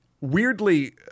weirdly